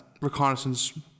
reconnaissance